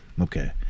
Okay